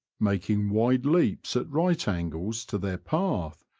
making wide leaps at right angles to their path,